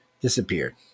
disappeared